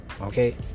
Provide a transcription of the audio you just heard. okay